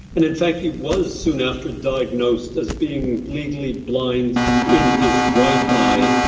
and in fact, he was soon after diagnosed as being legally blind in his right eye.